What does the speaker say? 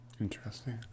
Interesting